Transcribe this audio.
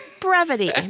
Brevity